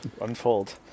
unfold